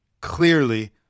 clearly